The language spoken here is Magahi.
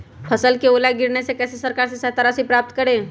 फसल का ओला गिरने से कैसे सरकार से सहायता राशि प्राप्त करें?